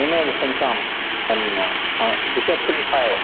इ mail संख्यां three five